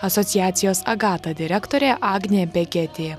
asociacijos agata direktorė agnė beketė